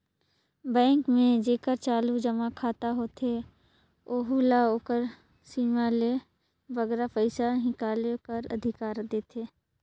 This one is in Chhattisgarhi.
बेंक में जेकर चालू जमा खाता होथे ओहू ल ओकर सीमा ले बगरा पइसा हिंकाले कर अधिकार देथे